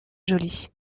jolie